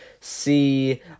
see